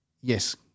yes